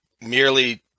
merely